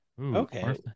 okay